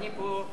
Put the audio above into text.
אני פה.